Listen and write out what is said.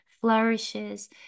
flourishes